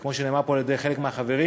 כמו שנאמר פה על-ידי חלק מהחברים,